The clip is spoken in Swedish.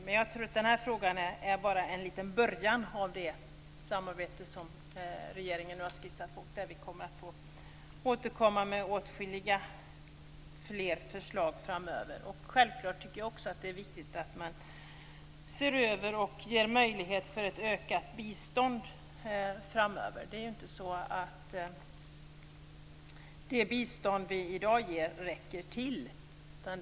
Men denna fråga är bara en liten början på det samarbete som regeringen nu har skissat på. Och vi kommer att få återkomma med åtskilliga förslag framöver. Självklart tycker jag också att det är viktigt att man ser över och ger möjligheter för ett ökat bistånd framöver. Det bistånd som vi i dag ger räcker ju inte till.